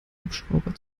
hubschrauber